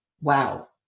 wow